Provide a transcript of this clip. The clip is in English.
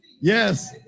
Yes